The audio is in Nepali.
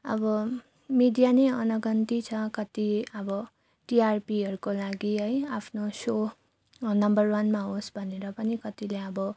अब मिडिया नै अनगन्ती छ कति अब टिआरपिहरूको लागि है आफ्नो सो नम्बर वानमा होस् भनेर पनि कतिले अब